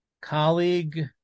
colleague